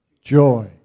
joy